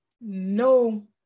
no